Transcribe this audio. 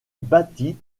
bâtis